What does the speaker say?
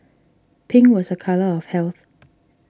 pink was a colour of health